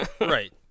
Right